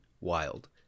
wild